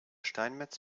steinmetz